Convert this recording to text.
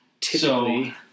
typically